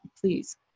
please